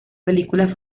películas